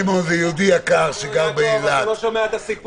היה משהו שלא הסתדר לי,